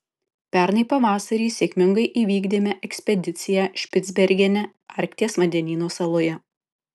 pernai pavasarį sėkmingai įvykdėme ekspediciją špicbergene arkties vandenyno saloje